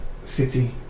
City